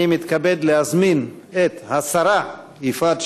אני מתכבד להזמין את השרה יפעת שאשא ביטון.